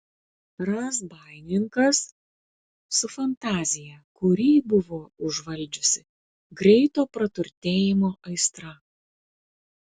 razbaininkas su fantazija kurį buvo užvaldžiusi greito praturtėjimo aistra